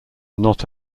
not